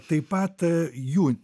taip pat a jų